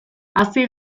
hazi